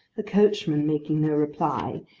the coachman making no reply,